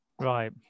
Right